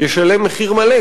ישלם מחיר מלא,